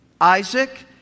Isaac